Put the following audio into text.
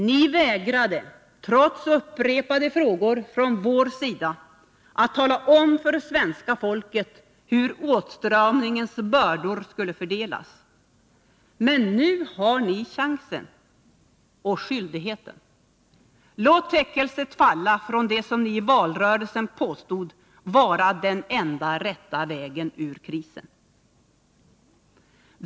Ni vägrade trots upprepade frågor från vår sida att tala om för svenska folket hur åtstramningens bördor skulle fördelas. Men nu har ni chansen — och skyldigheten. Låt täckelset falla från det som ni i valrörelsen påstod vara den enda rätta vägen ut ur krisen!